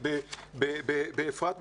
באפרת,